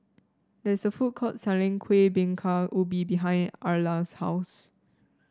there is a food court selling Kuih Bingka Ubi behind Erla's house